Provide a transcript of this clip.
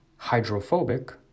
hydrophobic